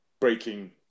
breaking